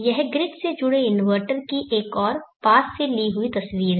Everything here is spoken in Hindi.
यह ग्रिड से जुड़े इन्वर्टर की एक और पास से ली हुई तस्वीर है